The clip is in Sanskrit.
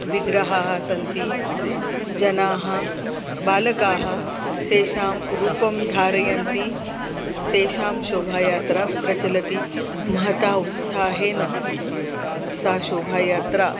विग्रहाः सन्ति जनाः बालकाः तेषां रूपं धारयन्ति तेषां शोभयात्रा प्रचलति महता उत्साहेन सा शोभयात्रा